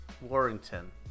Warrington